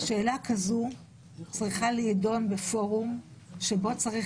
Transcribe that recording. שאלה כזאת צריכה להידון בפורום שבו צריך